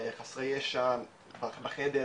חסרי ישע בחדר,